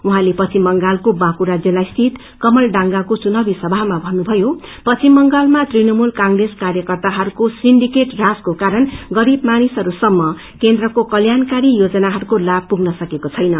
उहाँले पश्चिम बांगलको बाँकुड़ा जिल्तरियत कमलडाँगको चुनावी समामा भन्नुभयो पश्चिम बंगालामा तृणमूल कंप्रेस कार्यकर्ताहरूको सिण्डीकेड राजको कारण गरीब मानिसहरूसम्म केन्द्रको कल्याणकारी योजनाहरूको लाभ पुग्न सकेको छैन